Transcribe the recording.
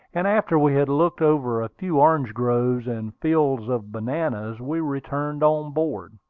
and after we had looked over a few orange-groves and fields of bananas, we returned on board.